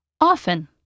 Often